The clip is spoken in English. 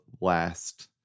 last